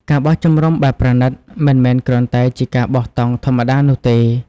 ការបោះជំរំបែបប្រណីត មិនមែនគ្រាន់តែជាការបោះតង់ធម្មតានោះទេ។